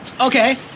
Okay